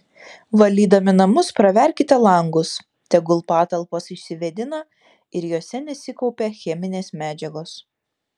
valydami namus praverkite langus tegul patalpos išsivėdina ir jose nesikaupia cheminės medžiagos